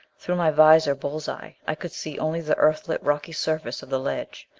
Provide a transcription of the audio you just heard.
through my visor bull's-eye i could see only the earthlit rocky surface of the ledge.